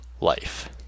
life